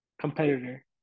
competitor